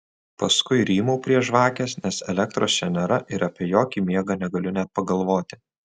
paskui rymau prie žvakės nes elektros čia nėra ir apie jokį miegą negaliu net pagalvoti